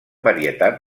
varietat